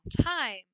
time